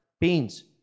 beans